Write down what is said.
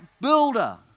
builder